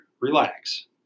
relax